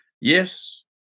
Yes